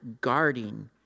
guarding